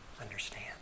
understand